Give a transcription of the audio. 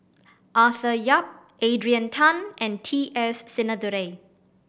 Arthur Yap Adrian Tan and T S Sinnathuray